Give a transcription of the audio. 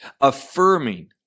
affirming